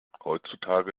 heutzutage